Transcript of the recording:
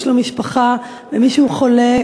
יש משפחה בסוריה ומישהו שם חולה,